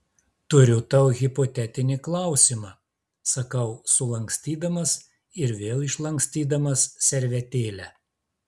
turiu tau hipotetinį klausimą sakau sulankstydamas ir vėl išlankstydamas servetėlę